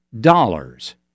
dollars